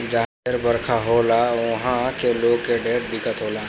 जहा ढेर बरखा होला उहा के लोग के ढेर दिक्कत होला